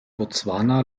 botswana